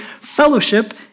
fellowship